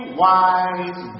wise